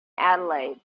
adelaide